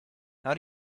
how